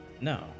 No